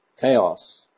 chaos